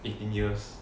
eighteen years